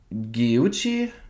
Gucci